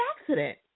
accident